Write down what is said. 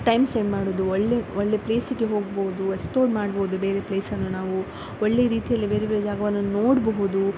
time send ಮಾಡುವುದು ಒಳ್ಳೆಯ ಒಳ್ಳೆಯ ಪ್ಲೇಸಿಗೆ ಹೋಗ್ಬೋದು ಎಕ್ಸ್ಪ್ಲೋಡ್ ಮಾಡ್ಬೋದು ಬೇರೆ ಪ್ಲೇಸನ್ನು ನಾವು ಒಳ್ಳೆಯ ರೀತಿಯಲ್ಲಿ ಬೇರೆ ಬೇರೆ ಜಾಗವನ್ನು ನೋಡಬಹುದು